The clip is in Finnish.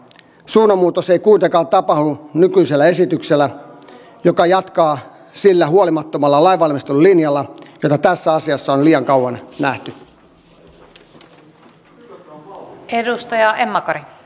suunnanmuutos ei kuitenkaan tapahdu nykyisellä esityksellä joka jatkaa sillä huolimattomalla lainvalmistelulinjalla jota tässä asiassa on liian kauan nähty